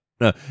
no